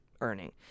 earning